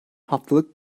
haftalık